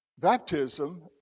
Baptism